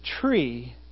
tree